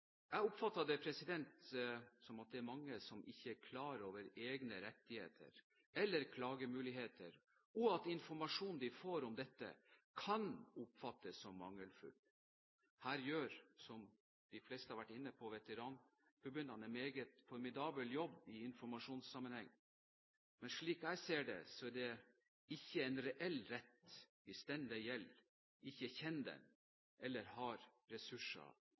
Jeg oppfatter det dit hen at det er mange som ikke er klar over egne rettigheter eller klagemuligheter, og at informasjonen de får om dette, kan oppfattes som mangelfull. Som de fleste har vært inne på, gjør veteranforbundene en meget formidabel jobb i informasjonssammenheng. Men slik jeg ser det, er det ikke en reell rettighet hvis den det gjelder, ikke kjenner den eller har ressurser